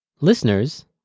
Listeners